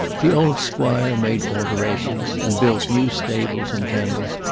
the old squire made alterations, and built new stables and kennels,